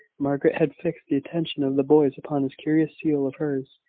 margaret had fixed the attention of the boys upon this curious seal of hers,